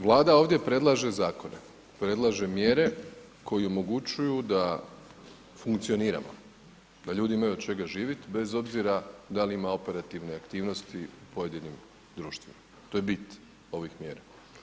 Vlada ovdje predlaže zakone, predlaže mjere koje omogućuju da funkcioniramo, da ljudi imaju od čega živjet bez obzira da li ima operativne aktivnosti u pojedinim društvima, to je bit ovih mjera.